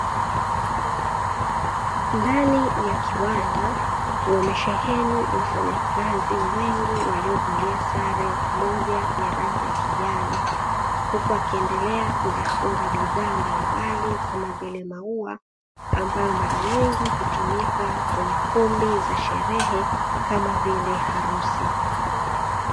Ndani ya kiwanda wamesheheni wafanyakazi wengi waliovalia sare moja ya rangi ya kijani, huku akiendelea kuzifunga bidhaa mbalimbali kama vile maua ambayo mara nyingi hutumika kwenye kumbi za sherehe kama vile harusi.